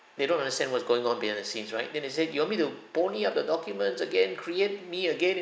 they don't understand what's going on behind the scenes right then they said you want me to pony up the documents again create me again and